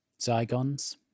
Zygons